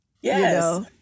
Yes